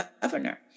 governor